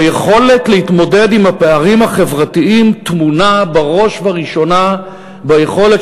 היכולת להתמודד עם הפערים החברתיים טמונה בראש ובראשונה ביכולת